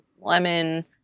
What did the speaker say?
lemon